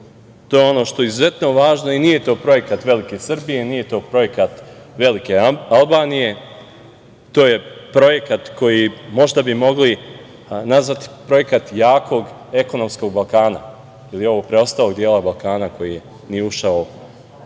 je ono što je izuzetno važno i nije to projekat velike Srbije, nije to projekat velike Albanije, to je projekat koji možda bi mogli nazvati projekat jakog ekonomskog Balkana ili ovog preostalog dela Balkana koji nije ušao u